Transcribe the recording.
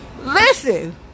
listen